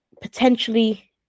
potentially